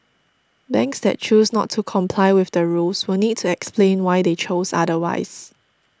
banks that choose not to comply with the rules will need to explain why they chose otherwise